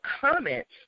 comments